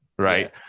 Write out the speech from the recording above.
Right